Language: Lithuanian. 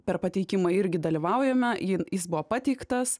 per pateikimą irgi dalyvaujame ir jis buvo pateiktas